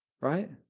Right